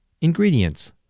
Ingredients